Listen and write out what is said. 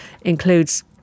includes